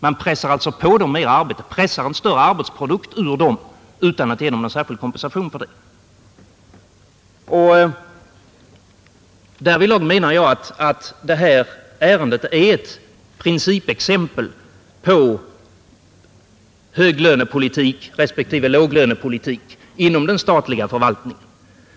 Man pressar på dem mera arbete, pressar en större arbetsprodukt ut ur dem utan att ge dem någon särskild kompensation för detta. Därvidlag menar jag att detta ärende är ett principexempel på höglönepolitik respektive låglönepolitik inom den statliga förvaltningen.